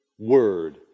Word